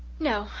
no,